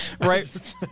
Right